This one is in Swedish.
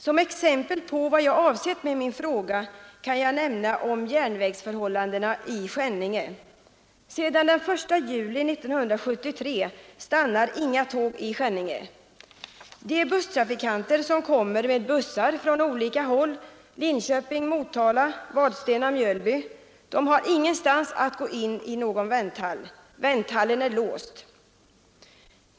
Som exempel på vad jag avsett med min fråga kan jag nämna järnvägsförhållandena i Skänninge. Sedan den 1 juli 1973 stannar inga tåg i Skänninge. De trafikanter som kommer med bussar från olika håll — Linköping, Motala, Vadstena, Mjölby — har ingen vänthall att gå in i; vänthallen är låst.